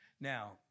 Now